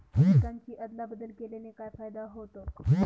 पिकांची अदला बदल केल्याने काय फायदा होतो?